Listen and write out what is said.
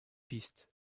pistes